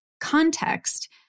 context